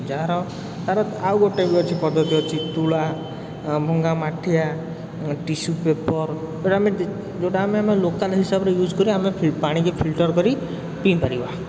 ଯାହାର ତାର ଆଉ ଗୋଟେ ବି ଅଛି ପଦ୍ଧତି ଅଛି ତୁଳା ଆମ ଗାଁ ମାଠିଆ ଟିଷୁ ପେପର୍ ଯେଉଁଟା ଆମେ ଯେଉଁଟା ଆମେ ଲୋକଲ୍ ହିସାବରେ ୟୁଜ୍ କରି ଆମେ ପାଣିକି ଫିଲ୍ଟର କରି ପିଇପାରିବା